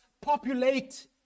populate